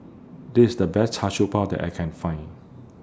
This IS The Best Char Siew Bao that I Can Find